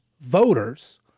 Voters